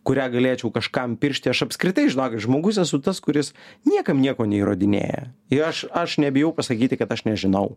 kurią galėčiau kažkam piršti aš apskritai žinokit žmogus esu tas kuris niekam nieko neįrodinėja ir aš aš nebijau pasakyti kad aš nežinau